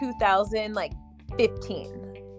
2015